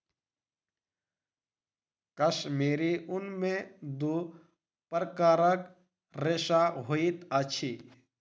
कश्मीरी ऊन में दू प्रकारक रेशा होइत अछि